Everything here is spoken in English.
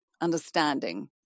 understanding